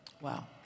Wow